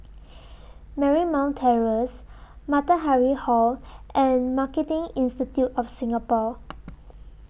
Marymount Terrace Matahari Hall and Marketing Institute of Singapore